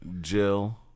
Jill